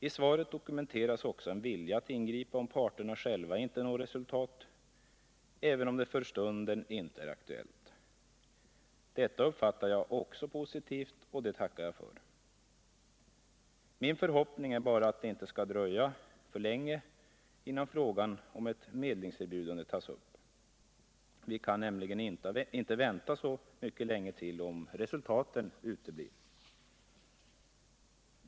I svaret dokumenteras också en vilja att ingripa om parterna själva inte når resultat, även om det för stunden inte är aktuellt. Detta uppfattar jag också som positivt, och det tackar jag för. Min förhoppning är bara att det inte skall dröja för länge innan frågan om ett medlingserbjudande tas upp. Vi kan nämligen inte vänta så mycket längre om resultaten uteblir.